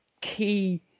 key